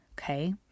okay